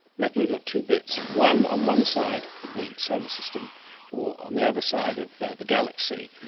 imagine you've got two bits, one on one side of the solar system or on the other side of the galaxy,